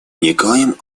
никоим